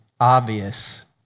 obvious